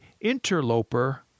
Interloper